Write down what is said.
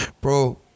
bro